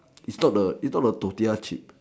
is not the is not the tortilla chips